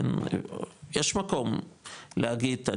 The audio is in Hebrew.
יש מקום להגיד,